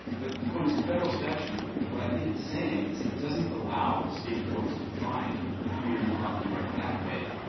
but the point is the federal statute, what i think it's saying is it doesn't allow the state courts to define the community property right that way.